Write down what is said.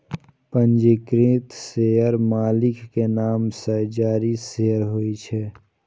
पंजीकृत शेयर मालिक के नाम सं जारी शेयर होइ छै